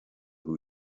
who